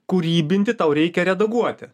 kūrybinti tau reikia redaguoti